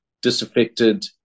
disaffected